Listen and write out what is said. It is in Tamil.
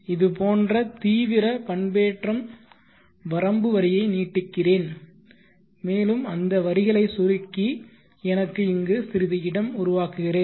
இது போன்ற தீவிர பண்பேற்றம் வரம்பு வரியை நீட்டிக்கிறேன் மேலும் அந்த வரிகளை சுருக்கி எனக்கு இங்கு சிறிது இடம் உருவாக்குகிறேன்